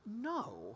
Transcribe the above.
No